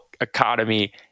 economy